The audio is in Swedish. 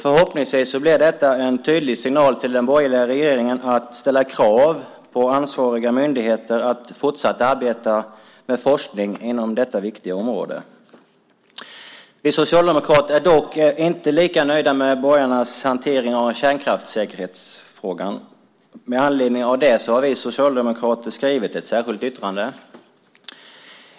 Förhoppningsvis blir det en tydlig signal till den borgerliga regeringen att ställa krav på ansvariga myndigheter att fortsatt arbeta med forskning inom detta viktiga område. Vi socialdemokrater är dock inte lika nöjda med borgarnas hantering av kärnkraftsäkerhetsfrågan. Med anledning av det har vi socialdemokrater skrivit ett särskilt yttrande.